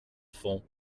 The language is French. fond